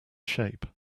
shape